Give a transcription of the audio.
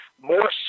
more